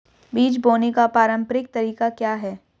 बीज बोने का पारंपरिक तरीका क्या है?